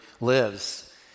lives